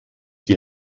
die